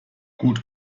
gut